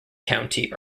county